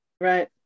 Right